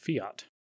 fiat